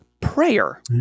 prayer